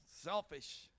Selfish